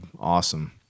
awesome